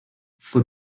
fue